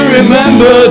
remember